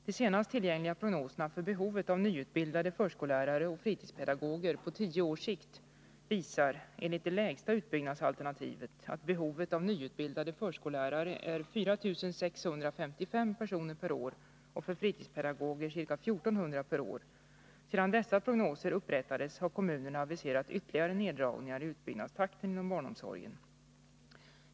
De senast tillgängliga prognoserna för behovet av nyutbildade förskolelärare och fritidspedagoger på tio års sikt visar enligt det lägsta utbyggnadsalternativet att behovet av nyutbildade förskolelärare är 4 655 personer per år och av fritidspedagoger ca 1 400 personer per år. Sedan dessa prognoser upprättades har kommunerna aviserat ytterligare neddragningar i utbyggnadstakten inom barnomsorgen.